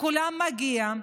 לכולם מגיע.